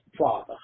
Father